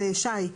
שי,